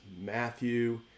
Matthew